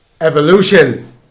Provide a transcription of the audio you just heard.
Evolution